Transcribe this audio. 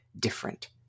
different